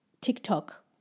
TikTok